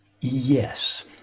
Yes